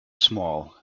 small